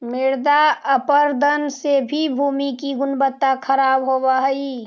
मृदा अपरदन से भी भूमि की गुणवत्ता खराब होव हई